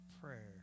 prayer